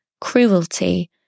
cruelty